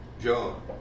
John